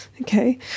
Okay